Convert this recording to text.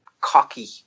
cocky